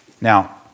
Now